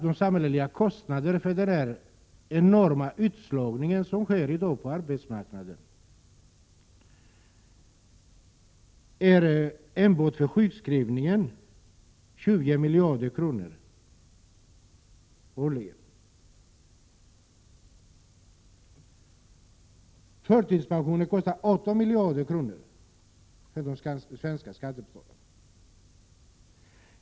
De samhälleliga kostnaderna för den enorma utslagning som i dag sker på arbetsmarknaden utgör enbart för sjukskrivningarna 20 miljader kronor årligen. Kostnaderna för förtidspensioner uppgår till 18 miljarder kronor och skall finansieras av de svenska skattebetalarna.